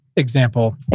example